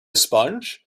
sponge